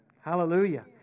Hallelujah